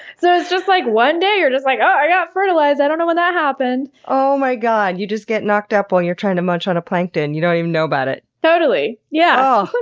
so like one day, you're just like, oh, i got fertilized! i don't know when that happened. oh my god. you just get knocked up while you're trying to munch on a plankton. you don't even know about it. totally. yeah.